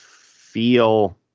feel